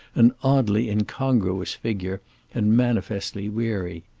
an oddly incongruous figure and manifestly weary.